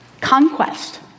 Conquest